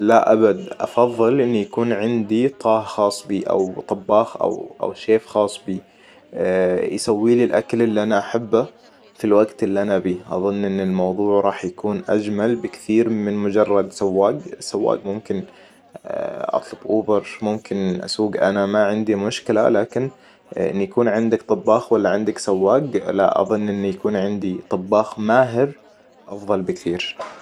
لا ابد أفضل إن يكون عندي طاهي خاص بي أو طباخ او- او شيف خاص بي يسوي لي الأكل اللي انا أحبه في الوقت اللي انا ابيه أظن ان الموضوع راح يكون اجمل بكثير من مجرد سواق سواق ممكن اطلب اوبر ممكن اسوق انا ما عندي مشكلة لكن إن يكون عندك طباخ ولا عندك سواق لا أظن إن يكون عندي طباخ ماهر افضل بكثير